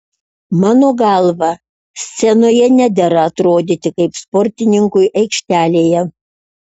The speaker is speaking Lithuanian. mano galva scenoje nedera atrodyti kaip sportininkui aikštelėje